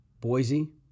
Boise